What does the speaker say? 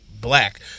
black